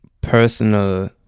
personal